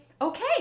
okay